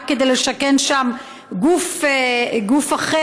רק כדי לשכן שם גוף אחר,